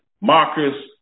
Marcus